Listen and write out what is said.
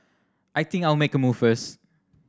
I think I'll make a move first